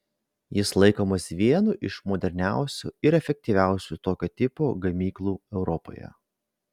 jis laikomas vienu iš moderniausių ir efektyviausių tokio tipo gamyklų europoje